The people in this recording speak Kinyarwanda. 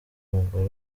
umugore